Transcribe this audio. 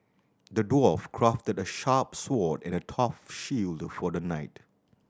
the dwarf crafted a sharp sword and a tough shield for the knight